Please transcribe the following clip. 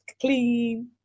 clean